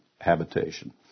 habitation